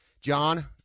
John